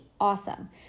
awesome